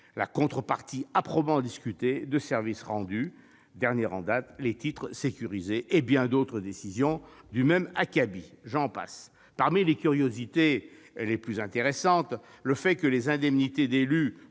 la contrepartie, âprement discutée, de services rendus, le dernier en date étant les titres sécurisés, et bien d'autres décisions du même acabit. Parmi les curiosités les plus intéressantes, relevons le fait que les indemnités d'élus-